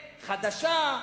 חדשה,